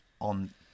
on